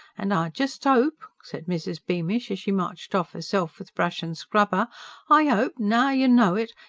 and i just ope, said mrs. beamish, as she marched off herself with brush and scrubber i ope, now you know it,